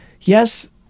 yes